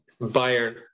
Bayern